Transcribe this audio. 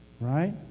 right